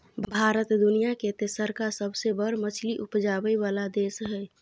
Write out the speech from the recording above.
भारत दुनिया के तेसरका सबसे बड़ मछली उपजाबै वाला देश हय